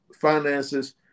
finances